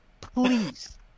please